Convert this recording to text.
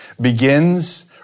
begins